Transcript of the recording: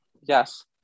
Yes